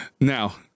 Now